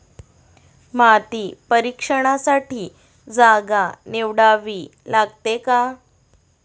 माती परीक्षणासाठी जागा निवडावी लागते का?